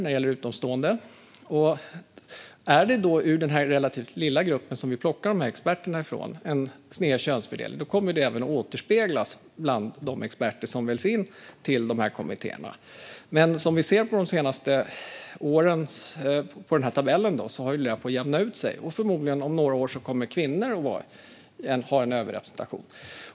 Om det är en sned könsfördelning i den relativt lilla grupp som vi plockar dessa experter från kommer detta att återspeglas bland de experter som väljs in till kommittéerna. Som vi ser i tabellen över de senaste åren håller detta dock på att jämna ut sig, och förmodligen kommer kvinnor om några år att ha en överrepresentation.